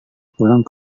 pulang